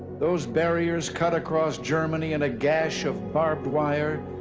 those barriers cut across germany in a gash of barbed wire,